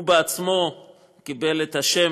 הוא בעצמו קיבל את השם,